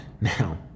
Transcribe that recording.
Now